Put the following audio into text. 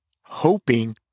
Hoping